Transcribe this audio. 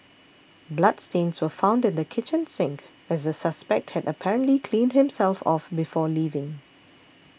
bloodstains were found in the kitchen sink as the suspect had apparently cleaned himself off before leaving